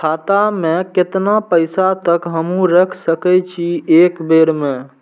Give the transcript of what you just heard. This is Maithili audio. खाता में केतना पैसा तक हमू रख सकी छी एक बेर में?